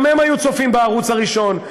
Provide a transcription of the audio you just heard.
גם הם היו צופים בערוץ הראשון,